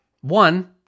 One